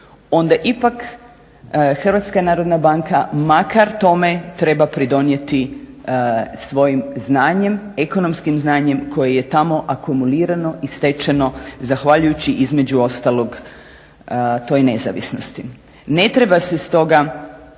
onda ipak HNB makar tome treba pridonijeti svojim ekonomskim znanjem koji je tamo akumulirano i stečeno zahvaljujući između ostalog toj nezavisnosti. Ne treba se stoga